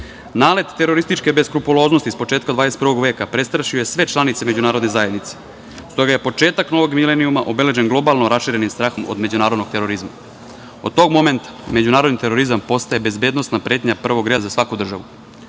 itd. Nalet terorističke beskrupuloznosti s početka 21. Veka, prestrašio je sve članice međunarodne zajednice. Stoga je početak novog milenijuma obeležen globalno raširenim strahom od međunarodnog terorizma. Od tog momenta međunarodni terorizam postaje bezbednosna pretnja prvog reda za svaku državu. Na